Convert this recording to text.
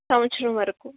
సంవత్సరం వరకు